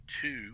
two